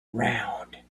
round